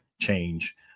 change